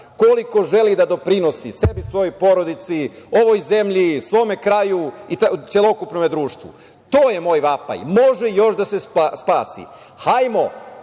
koliko želi da doprinosi sebi i svojoj porodici, ovoj zemlji, svome kraju i celokupnome društvu. To je moj vapaj. Može još da se spasi. Hajmo